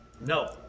no